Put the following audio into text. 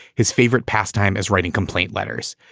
his favorite pastime is writing complaint letters.